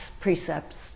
precepts